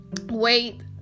wait